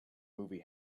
movie